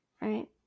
Right